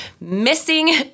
missing